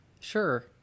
Sure